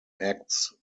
acts